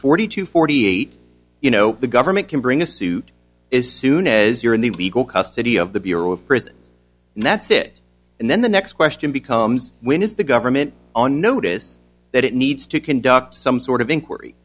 forty two forty eight you know the government can bring a suit is soon as you're in the legal custody of the bureau of prisons and that's it and then the next question becomes when is the government on notice that it needs to conduct some sort of inquiry